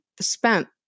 spent